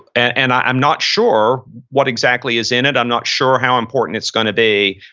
and i'm not sure what exactly is in it. i'm not sure how important it's going to be.